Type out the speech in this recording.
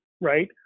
Right